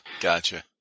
Gotcha